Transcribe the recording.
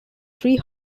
three